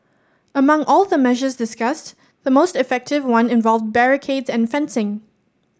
among all the measures discussed the most effective one involved barricades and fencing